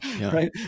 right